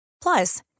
Plus